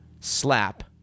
SLAP